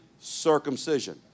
circumcision